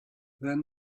then